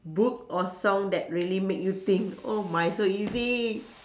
book or song that really make you think oh my so easy